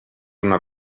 una